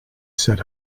said